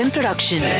Production